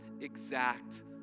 exact